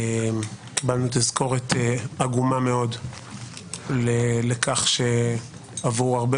קיבלנו תזכורת עגומה מאוד לכך שעבור הרבה